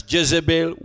Jezebel